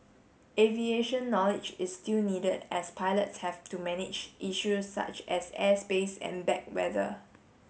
aviation knowledge is still needed as pilots have to manage issues such as airspace and bad weather